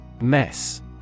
Mess